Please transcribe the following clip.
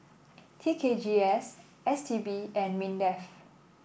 T K G S S T B and Mindef